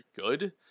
good